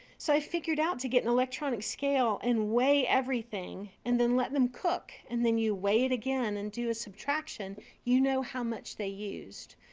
so i figured out to get an electronic scale and weigh everything and then let them cook and then you weigh it again and do a subtraction, you know how much they used.